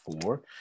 four